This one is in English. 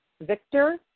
Victor